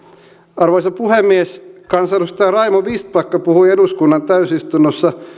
arvoisa puhemies kansanedustaja raimo vistbacka puhui eduskunnan täysistunnossa